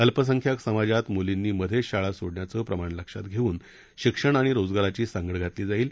अल्पसंख्याक समाजात मुलींनी मधेच शाळा सोडण्याचं प्रमाण लक्षात धेऊन शिक्षण आणि रोजगाराची सांगड घातली जाईल